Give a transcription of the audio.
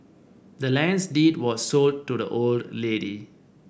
the land's deed was sold to the old lady